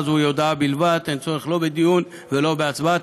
זוהי הודעה בלבד, אין צורך לא בדיון ולא בהצבעה.